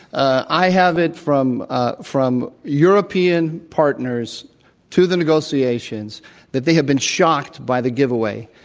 i have it from ah from european partners to the negotiations that they have been shocked by the giveaway.